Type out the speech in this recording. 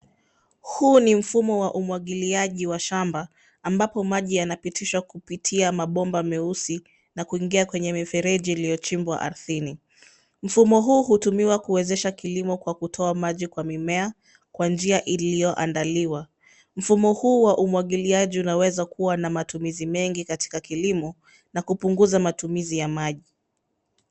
Huu ni mfumo wa umwagiliaji wa shamba ambapo maji yanapitishwa kupitia mabomba meusi na kuingia kwenye mifereji iliyochimbwa ardhini. Mfumo huu hutumiwa kuwezesha kilimo kwa kutoa maji kwa mimea kwa njia iliyoandaliwa. Mfumo huu wa umwagiliaji unaweza kuwa na matumizi mengi katika kilimo na kupunguza matumizi ya maji.